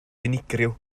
unigryw